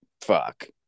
Fuck